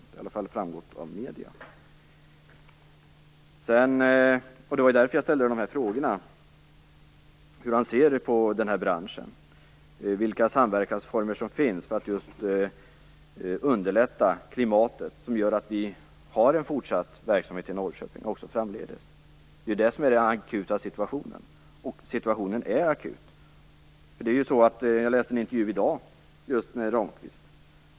Det har i alla fall framgått av medierna. Det var därför jag ställde dessa frågor om hur näringsministern ser på den här branschen och vilka samverkansformer som finns för att underlätta klimatet för att vi skall kunna få en fortsatt verksamhet i Norrköping. Detta är den akuta situationen. Jag läste en intervju med Ramqvist i dag.